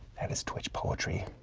that is twitch poetry.